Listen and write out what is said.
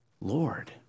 Lord